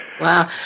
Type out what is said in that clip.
Wow